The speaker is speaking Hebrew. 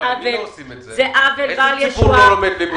זה עוול בל ישוער.